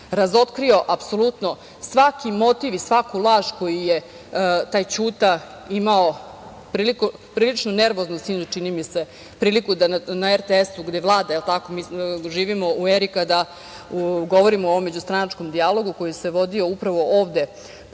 razotkrio apsolutno svaki motiv i svaku laž koju je taj "Ćuta" imao, prilično nervozno sinoć, čini mi se, priliku da na RTS gde vlada, da li je tako, živimo u eri kada govorimo o ovom međustranačkom dijalogu koji se vodio upravo ovde pod